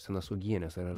senas uogienes ar